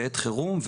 בעת חירום,